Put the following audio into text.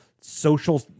social